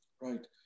Right